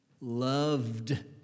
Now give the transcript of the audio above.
loved